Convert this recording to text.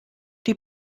die